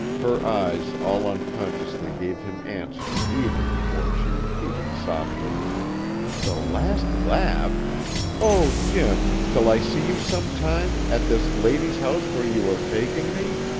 her eyes all unconsciously gave him answer even before she repeated softly the last lap oh, jim, shall i see you some time, at this lady's house where you are takin' me?